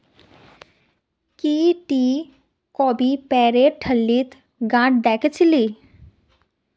की टी कभी पेरेर ठल्लीत गांठ द खिल छि